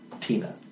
Tina